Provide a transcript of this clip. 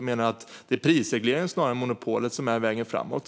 Man menar att det snarare är prisreglering än monopolet som är vägen framåt.